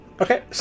Okay